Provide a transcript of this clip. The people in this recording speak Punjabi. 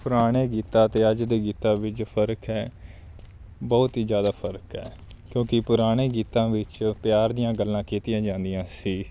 ਪੁਰਾਣੇ ਗੀਤਾਂ ਅਤੇ ਅੱਜ ਦੇ ਗੀਤਾਂ ਵਿੱਚ ਫ਼ਰਕ ਹੈ ਬਹੁਤ ਹੀ ਜ਼ਿਆਦਾ ਫ਼ਰਕ ਹੈ ਕਿਉਂਕਿ ਪੁਰਾਣੇ ਗੀਤਾਂ ਵਿੱਚ ਪਿਆਰ ਦੀਆਂ ਗੱਲਾਂ ਕੀਤੀਆਂ ਜਾਂਦੀਆਂ ਸੀ